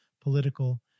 political